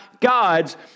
God's